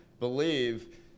believe